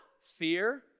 fear